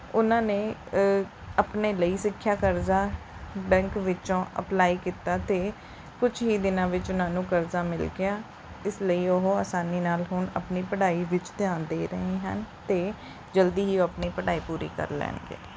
ਉਹਨਾਂ ਨੇ ਆਪਣੇ ਲਈ ਸਿੱਖਿਆ ਕਰਜ਼ਾ ਬੈਂਕ ਵਿੱਚੋਂ ਅਪਲਾਈ ਕੀਤਾ ਅਤੇ ਕੁਛ ਹੀ ਦਿਨਾਂ ਵਿੱਚ ਉਹਨਾਂ ਨੂੰ ਕਰਜ਼ਾ ਮਿਲ ਗਿਆ ਇਸ ਲਈ ਉਹ ਆਸਾਨੀ ਨਾਲ ਹੁਣ ਆਪਣੀ ਪੜ੍ਹਾਈ ਵਿੱਚ ਧਿਆਨ ਦੇ ਰਹੇ ਹਨ ਅਤੇ ਜਲਦੀ ਹੀ ਉਹ ਆਪਣੀ ਪੜ੍ਹਾਈ ਪੂਰੀ ਕਰ ਲੈਣਗੇ